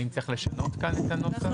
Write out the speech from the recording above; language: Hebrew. האם צריך לשנות כאן את הנוסח?